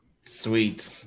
sweet